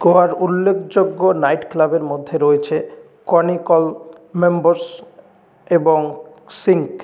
গোয়ার উল্লেখযোগ্য নাইট ক্লাবের মধ্যে রয়েছে ক্রনিকল ম্যাম্বোস এবং সিঙ্ক